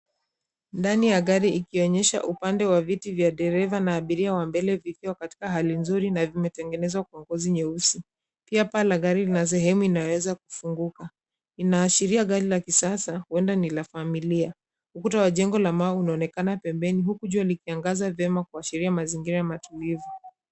Ndani ya gari ikionyesha upande wa viti vya dereva na abiria wa mbele vikiwa katika hali nzuri na vimetengenezwa kwa ngozi nyeusi. Pia paa la gari lina sehemu inayoweza kufunguka. Inaashiria gari la kisasa, huenda ni ya familia. Ukuta wa jengo la mawe unaonekana pembeni huku jua likiangaza vyema kuashiria mazingira matulivu.